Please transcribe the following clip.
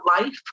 life